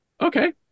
Okay